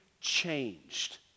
changed